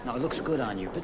it looks good on you.